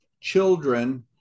children